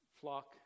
flock